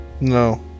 No